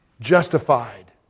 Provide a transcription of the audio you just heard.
justified